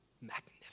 Magnificent